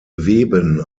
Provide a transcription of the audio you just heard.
weben